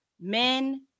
men